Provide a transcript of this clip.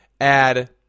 add